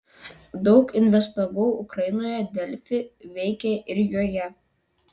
daug investavau ukrainoje delfi veikia ir joje